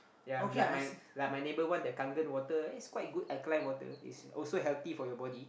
yea like my like my neighbour one the kangen water it's quite good alkaline water is also healthy for your body